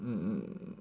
mm mm